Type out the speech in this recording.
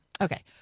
Okay